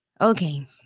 Okay